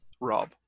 rob